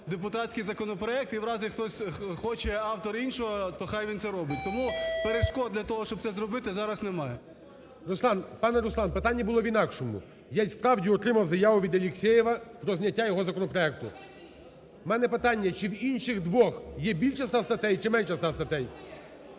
депутатський законопроект. І в разі хтось хоче автор іншого, то хай він це робить. Тому перешкод для того, щоб це зробити, зараз немає. ГОЛОВУЮЧИЙ. Пане Руслане, питання було в інакшому. Я й справді отримав заяву від Алексєєва про зняття його законопроекту. У мене питання: чи в інших двох є більше 100 статей чи менше 100 статей?